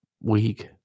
Week